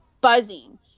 buzzing